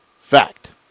Fact